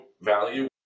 value